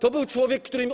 To był człowiek który.